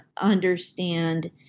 understand